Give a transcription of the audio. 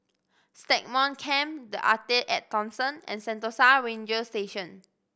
Stagmont Camp The Arte At Thomson and Sentosa Ranger Station